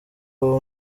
uri